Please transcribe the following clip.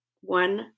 one